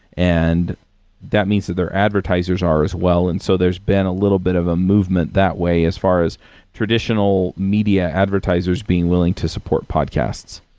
and that means that their advertisers are as well. and so, there's been a little bit of a movement that way as far as traditional media advertisers being willing to support podcasts.